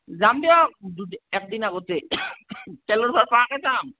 যাম দিয়ক দুদিন এক দিন আগতেই তেলৰ ভাৰ পোৱাকৈ যাম